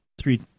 Three